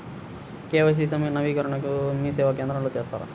KYC నవీకరణని మీసేవా కేంద్రం లో చేస్తారా?